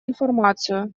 информацию